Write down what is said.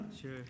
Sure